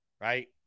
right